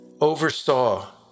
oversaw